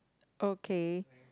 okay